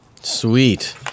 Sweet